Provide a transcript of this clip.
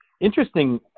Interesting